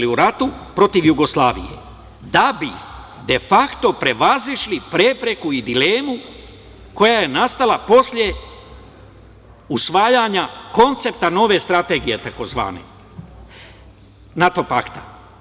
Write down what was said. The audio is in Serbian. u ratu protiv Jugoslavije, da bi de fakto prevazišli prepreku i dilemu koja je nastala posle usvajanja koncepta nove strategije, tzv. NATO pakta.